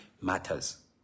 matters